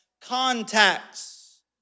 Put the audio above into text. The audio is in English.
contacts